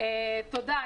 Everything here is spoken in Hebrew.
תודה.